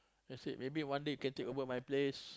I said maybe one day you can take over my place